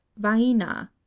vaina